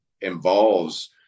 involves